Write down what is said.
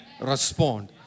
Respond